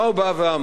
מה הוא בא ואמר?